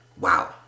wow